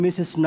Mrs